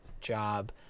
job